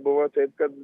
buvo taip kad